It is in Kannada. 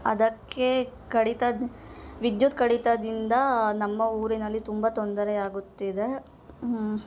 ಅದಕ್ಕೆ ಕಡಿತದ ವಿದ್ಯುತ್ ಕಡಿತದಿಂದ ನಮ್ಮ ಊರಿನಲ್ಲಿ ತುಂಬ ತೊಂದರೆಯಾಗುತ್ತಿದೆ